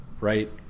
Right